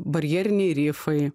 barjeriniai rifai